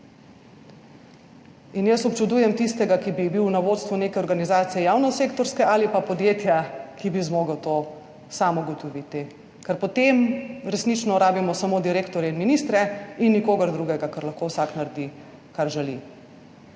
In jaz občudujem tistega, ki bi bil na vodstvu neke organizacije, javno sektorske, ali pa podjetja, ki bi zmogel to sam ugotoviti, ker potem resnično rabimo samo direktorje in ministre in nikogar drugega, ker lahko vsak naredi, kar želi.